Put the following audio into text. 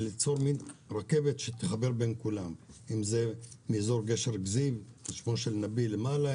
ושתהיה רכבת שתחבר בין כולם מאזור גשר כזיב על שמו של נביה מרעי ,